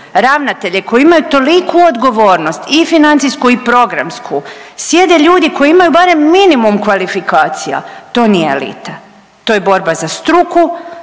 ravnatelje koji imaju toliku odgovornost i financijsku i programsku sjede ljudi koji imaju barem minimum kvalifikacija. To nije elita, to je borba za struku,